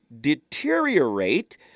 deteriorate